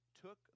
took